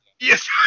yes